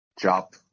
job